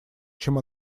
чем